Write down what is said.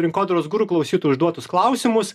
rinkodaros guru klausytojų užduotus klausimus